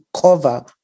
cover